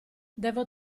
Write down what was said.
devo